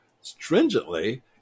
stringently